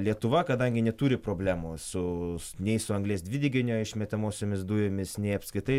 lietuva kadangi neturi problemų su nei su anglies dvideginio išmetamosiomis dujomis nei apskritai